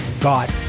God